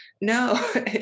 No